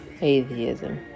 atheism